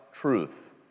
truth